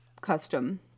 custom